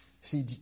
See